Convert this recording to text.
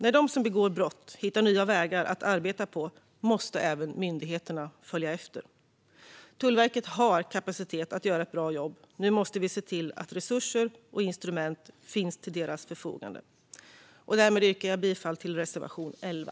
När de som begår brott hittar nya vägar att arbeta på måste myndigheterna följa efter. Tullverket har kapacitet att göra ett bra jobb; nu måste vi se till att resurser och instrument finns till deras förfogande. Härmed yrkar jag bifall till reservation 11.